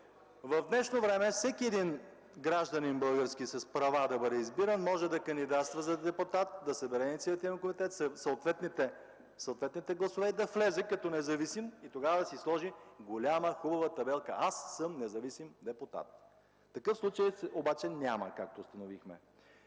В днешно време всеки един български гражданин с права да бъде избиран, може да кандидатства за народен представител, да събере инициативен комитет със съответните гласове и да влезе като независим и тогава да си сложи голяма хубава табелка: „Аз съм независим депутат”. Такъв случай обаче, както установихме,